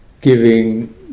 giving